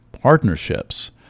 partnerships